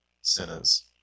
sinners